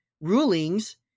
rulings